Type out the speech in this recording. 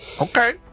Okay